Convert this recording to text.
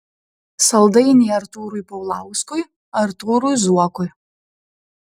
saldainiai artūrui paulauskui artūrui zuokui